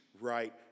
right